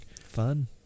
Fun